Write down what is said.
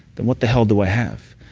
then what the hell do i have?